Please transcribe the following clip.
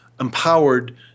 empowered